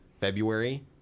February